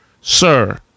sir